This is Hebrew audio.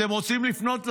אתם רוצים לפנות לנשיא?